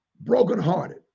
Brokenhearted